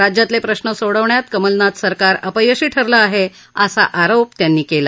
राज्यातले प्रश्न सोडविण्यात कमलनाथ सरकार अपयशी ठरलं आहे असा आरोप त्यांनी केला